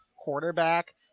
quarterback